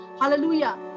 Hallelujah